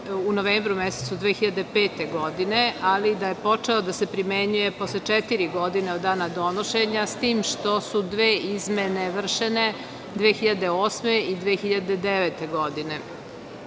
u novembru mesecu 2005. godine, ali da je počeo da se primenjuje posle četiri godine od dana donošenja, s tim što su dve izmene vršene 2008. i 2009. godine. Predlog